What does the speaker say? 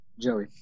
Joey